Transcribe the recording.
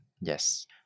yes